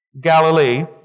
Galilee